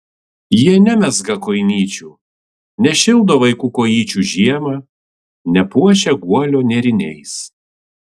jie nemezga kojinyčių nešildo vaikų kojyčių žiemą nepuošia guolio nėriniais